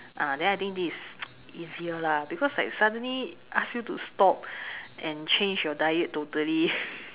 ah then I think this is easier lah because like suddenly ask you to stop and change your diet totally